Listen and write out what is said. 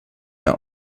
mehr